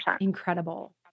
Incredible